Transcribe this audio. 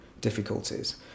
difficulties